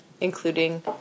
including